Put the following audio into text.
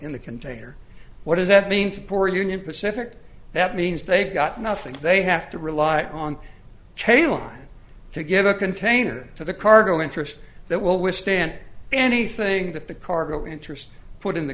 in the container what does that mean to poor union pacific that means they got nothing they have to rely on chainline to give a container to the cargo interest that will withstand anything that the cargo interest put in the